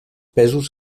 pesos